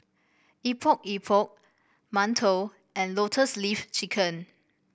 Epok Epok mantou and Lotus Leaf Chicken